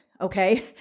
okay